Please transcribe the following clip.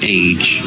age